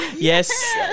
Yes